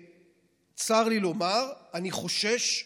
וצר לי לומר: אני חושש,